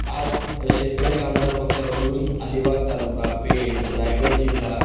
आज शेतकरी कामगार पक्षाकडून अलिबाग तालुका पेण रायगड जिल्हा